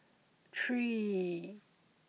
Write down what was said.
three